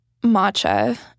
matcha